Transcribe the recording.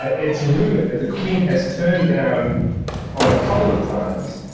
it's rumored that the queen has turned down on a couple of times,